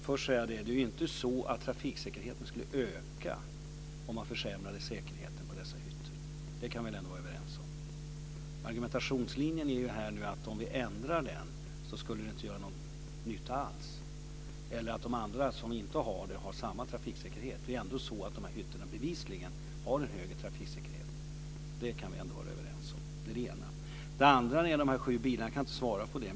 Fru talman! Trafiksäkerheten skulle inte öka om man försämrade säkerheten i dessa hytter. Det kan vi väl ändå vara överens om. Argumentationslinjen är att det inte skulle göra någon nytta om vi ändrade säkerhetskraven. Eller menar Sten Andersson att de andra som inte har dessa hytter ändå har samma trafiksäkerhet? Dessa hytter innebär bevisligen en högre trafiksäkerhet. Det kan vi vara överens om. Jag kan inte svara på det som Sten Andersson tar upp om de sju åtta bilarna.